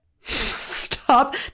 Stop